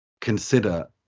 consider